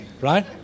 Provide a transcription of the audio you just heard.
Right